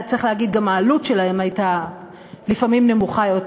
צריך להגיד שגם העלות שלהן הייתה לפעמים נמוכה יותר,